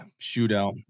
shootout